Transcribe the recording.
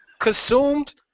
Consumed